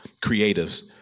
creatives